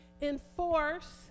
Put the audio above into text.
enforce